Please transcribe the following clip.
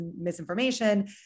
misinformation